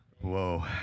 Whoa